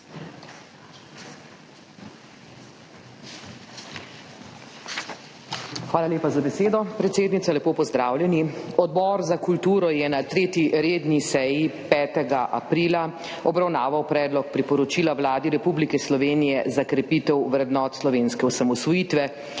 Hvala lepa za besedo, predsednica. Lepo pozdravljeni! Odbor za kulturo je na 3. redni seji 5. aprila obravnaval Predlog priporočila Vladi Republike Slovenije za krepitev vrednot slovenske osamosvojitve,